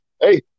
Hey